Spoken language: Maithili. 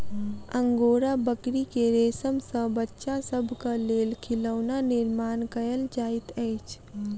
अंगोरा बकरी के रेशम सॅ बच्चा सभक लेल खिलौना निर्माण कयल जाइत अछि